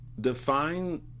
define